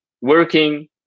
working